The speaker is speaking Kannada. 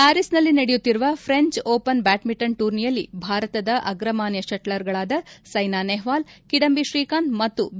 ಪ್ಯಾರಿಸ್ನಲ್ಲಿ ನಡೆಯುತ್ತಿರುವ ಫ್ರೆಂಚ್ ಓಪನ್ ಬ್ಯಾಡ್ಮಿಂಟನ್ ಟೂರ್ನಿಯಲ್ಲಿ ಭಾರತದ ಅಗ್ರಮಾನ್ಯ ಶಟ್ತರ್ಗಳಾದ ಸ್ವೆನಾ ನೆಹ್ಲಾಲ್ ಕಿಡಂಬಿ ಶ್ರೀಕಾಂತ್ ಮತ್ತು ಬಿ